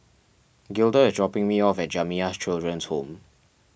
Gilda is dropping me off at Jamiyah Children's Home